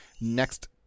next